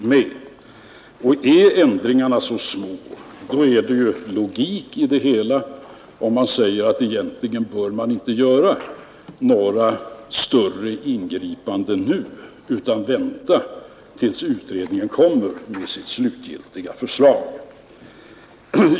Om dessutom ändringarna är så små, vore det ju logiskt om man sade att det nu egentligen inte bör göras några större ingripanden utan att vi bör vänta tills utredningen lägger fram sitt slutgiltiga förslag.